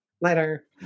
Later